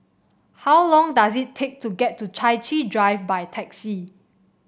how long does it take to get to Chai Chee Drive by taxi